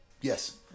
Yes